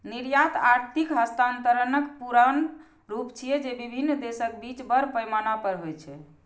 निर्यात आर्थिक हस्तांतरणक पुरान रूप छियै, जे विभिन्न देशक बीच बड़ पैमाना पर होइ छै